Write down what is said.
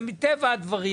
מטבע הדברים,